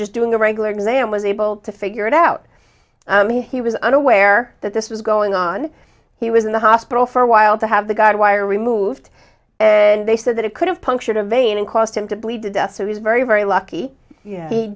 just doing a regular exam was able to figure it out he was unaware that this was going on he was in the hospital for a while to have the guard wire removed and they said that it could have punctured a vein and caused him to bleed to death so he's very very lucky he